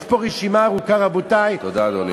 יש פה רשימה ארוכה, רבותי, תודה, אדוני.